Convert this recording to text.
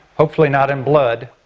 hopefully not in blood